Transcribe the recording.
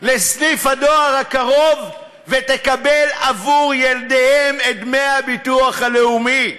לסניף הדואר הקרוב ותקבל בעבור ילדיהם את דמי הביטוח הלאומי.